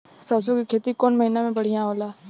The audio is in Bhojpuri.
सरसों के खेती कौन महीना में बढ़िया होला?